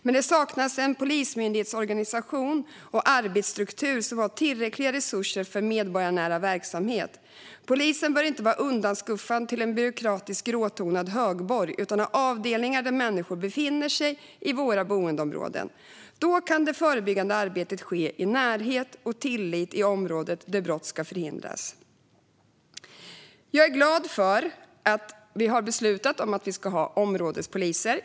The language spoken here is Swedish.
Men det saknas en polismyndighetsorganisation och arbetsstruktur som har tillräckliga resurser för medborgarnära verksamhet. Polisen bör inte vara undanskuffad till en byråkratisk gråtonad högborg utan ha avdelningar där människor befinner sig, i våra boendeområden. Då kan det förebyggande arbetet ske i närhet och i tillit i det område där brott ska förhindras. Jag är glad för att vi har beslutat att vi ska ha områdespoliser.